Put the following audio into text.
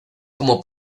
como